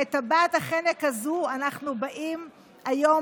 את טבעת החנק הזו אנחנו באים היום,